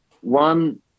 one